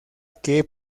que